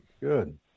Good